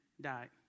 died